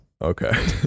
Okay